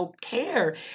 care